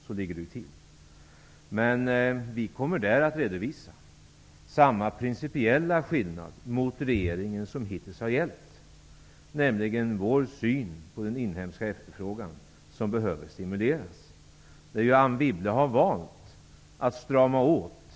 Så ligger det till. Där kommer vi att redovisa samma principiella skillnad mot regeringen som hittills har gällt, nämligen vår syn på den inhemska efterfrågan. Den behöver stimuleras. Anne Wibble har valt att strama åt den.